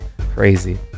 crazy